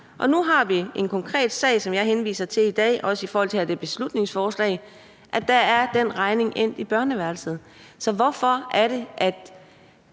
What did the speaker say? Og nu har vi en konkret sag, som jeg også henviser til i dag i forhold til det her beslutningsforslag, altså at den regning er endt i børneværelset. Så hvorfor er det, at